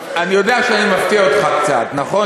אני יודע שאני מפתיע אותך קצת, נכון?